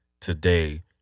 today